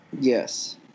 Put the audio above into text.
Yes